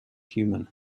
human